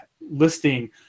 listing